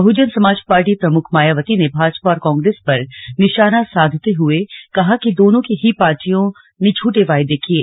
बहुजन Samaj party प्रमुख मायावती ने भाजपा और कांग्रेस पर निशाना साधते हुए कहा कि दोनों ही पार्टियों ने झूठे वायदे किये